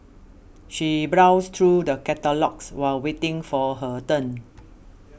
she browsed through the catalogues while waiting for her turn